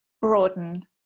broaden